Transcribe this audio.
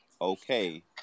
okay